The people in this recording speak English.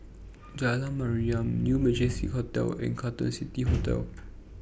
Jalan Mariam New Majestic Hotel and Carlton City Hotel